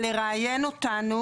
הוא מצלצל אלינו כדי לראיין אותנו,